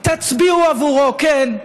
תצביעו עבורו, כן,